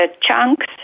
chunks